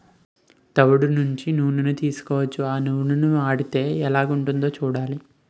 తవుడు నుండి నూనని తీయొచ్చు ఆ నూనని వాడితే ఎలాగుంటదో సూడాల